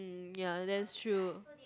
ya that's true